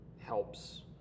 helps